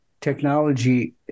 technology